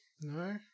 No